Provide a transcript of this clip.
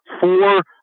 four